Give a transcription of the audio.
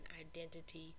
Identity